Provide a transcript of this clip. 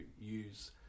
use